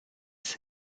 ces